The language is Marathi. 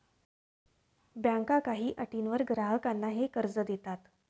बँका काही अटींवर ग्राहकांना हे कर्ज देतात